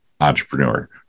entrepreneur